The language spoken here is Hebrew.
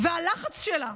והלחץ שלה,